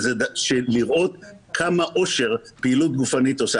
לראות כמה אושר פעילות גופנית עושה.